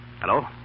Hello